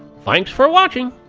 thanks for watching